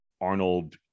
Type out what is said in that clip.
Arnold